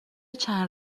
چند